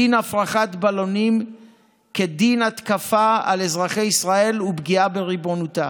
דין הפרחת בלונים כדין התקפה על אזרחי ישראל ופגיעה בריבונותה.